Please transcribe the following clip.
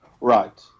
right